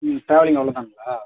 ம் ட்ராவ்லிங் அவ்வளோதானுங்களா